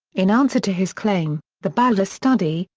in answer to his claim, the baldus study,